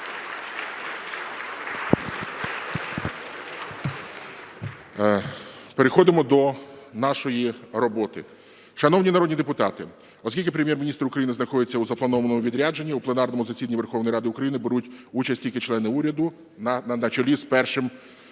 Переходимо до нашої роботи. Шановні народні депутати, оскільки Прем'єр-міністр України знаходиться у запланованому відрядженні, в пленарному засіданні Верховної Ради України беруть участь тільки члени уряду на чолі з Першим